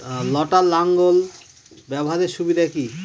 লটার লাঙ্গল ব্যবহারের সুবিধা কি?